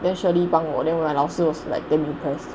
then Shirley 帮我 then 老师 was like damn impressed